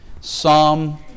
Psalm